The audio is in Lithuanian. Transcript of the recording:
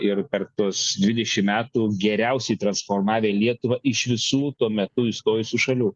ir per tuos dvidešimt metų geriausiai transformavę lietuvą iš visų tuo metu įstojusių šalių